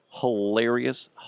Hilarious